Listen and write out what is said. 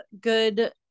good